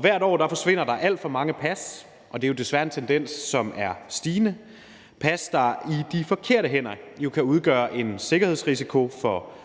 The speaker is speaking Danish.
Hvert år forsvinder der alt for mange pas, og det er desværre en tendens, som er stigende – pas, der jo i de forkerte hænder kan udgøre en sikkerhedsrisiko for Danmark